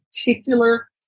particular